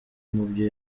mubyo